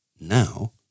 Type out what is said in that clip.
Now